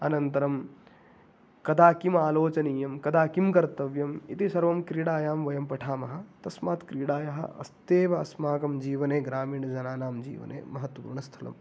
अनन्तरं कदा किम् आलोचनीयं कदा किं कर्तव्यम् इति सर्वं क्रीडायां वयं पठामः तस्मात् क्रीडायाः अस्त्येव अस्माकं जीवने ग्रामीणजनानां जीवने महत्त्वपूर्णस्थलम्